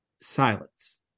silence